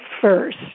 first